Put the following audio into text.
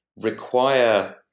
require